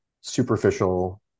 superficial